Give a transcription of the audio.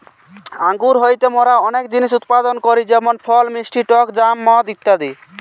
আঙ্গুর হইতে মোরা অনেক জিনিস উৎপাদন করি যেমন ফল, মিষ্টি টক জ্যাম, মদ ইত্যাদি